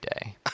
day